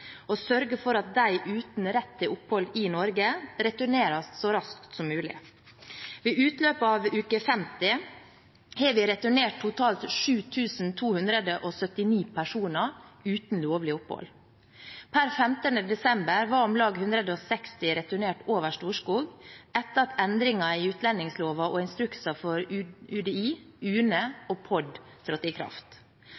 og sørge for at de uten rett til opphold i Norge returneres så raskt som mulig. Ved utløpet av uke 50 har vi returnert totalt 7 279 personer uten lovlig opphold. Per 15. desember var om lag 160 returnert over Storskog etter at endringen i utlendingsloven og instruksen for UDI, UNE og POD trådte i kraft.